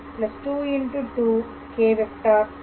2k̂ ஆகும்